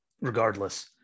regardless